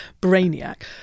brainiac